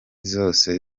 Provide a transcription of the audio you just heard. zose